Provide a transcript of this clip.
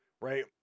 right